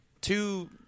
two